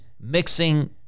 mixing